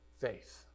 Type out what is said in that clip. faith